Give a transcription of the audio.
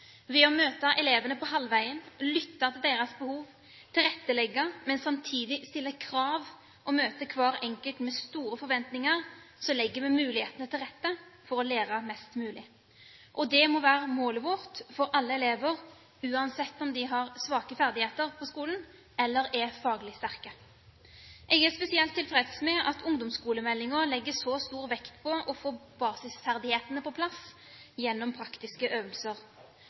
Ved å møte elevene på halvveien, lytte til deres behov, tilrettelegge, men samtidig stille krav og møte hver enkelt med store forventninger legger vi mulighetene til rette for å lære mest mulig. Det må være målet vårt – for alle elever – uansett om de har svake ferdigheter på skolen, eller er faglig sterke. Jeg er spesielt tilfreds med at ungdomsskolemeldingen legger så stor vekt på å få basisferdighetene på plass gjennom praktiske øvelser.